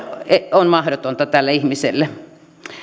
on mahdotonta tälle ihmiselle